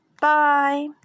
Bye